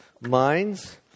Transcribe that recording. minds